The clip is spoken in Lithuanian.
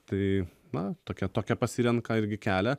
tai na tokia tokia pasirenka irgi kelią